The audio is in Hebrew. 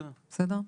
בסדר?